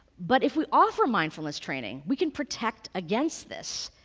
but if we offer mindfulness training, we can protect against this.